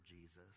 Jesus